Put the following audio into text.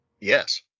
Yes